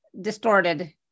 distorted